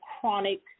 chronic